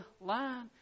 line